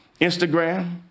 Instagram